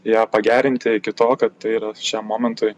ją pagerinti iki to kad tai yra šiam momentui